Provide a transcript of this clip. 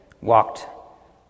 walked